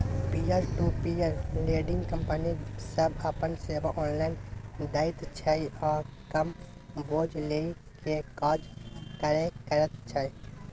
peer to peer lending company सब अपन सेवा ऑनलाइन दैत छै आ कम बोझ लेइ के काज करे करैत छै